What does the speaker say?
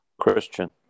Christian